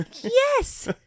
Yes